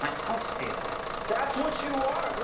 on, don't say that. that's what you are,